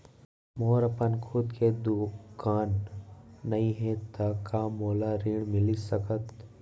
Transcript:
मोर अपन खुद के दुकान नई हे त का मोला ऋण मिलिस सकत?